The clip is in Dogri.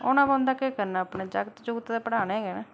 औना पौंदा केह् करना जागत् ते पढ़ाने गै न